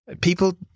people